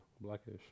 Blackish